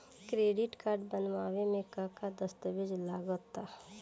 Credit card बनवावे म का का दस्तावेज लगा ता?